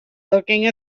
looking